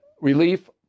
relief